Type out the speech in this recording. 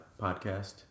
podcast